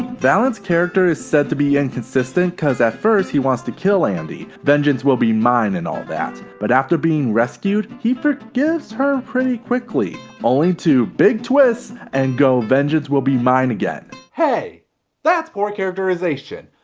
valen's character is said to be inconsistent cause at first he wants to kill andi, vengeance will be mine and all that, but after being rescued he forgives her pretty quickly, only to big twist and go vengeance will be mine again. hey that's poor characterization,